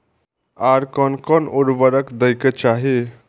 आर कोन कोन उर्वरक दै के चाही?